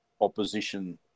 opposition